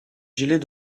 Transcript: gilets